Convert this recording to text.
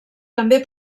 també